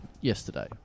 yesterday